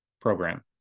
program